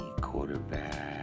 quarterback